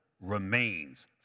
remains